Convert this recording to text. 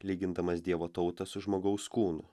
lygindamas dievo tautą su žmogaus kūnu